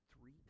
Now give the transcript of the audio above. three